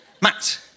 Matt